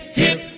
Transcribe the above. hip